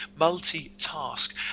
Multitask